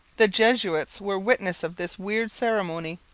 the jesuits were witnesses of this weird ceremony.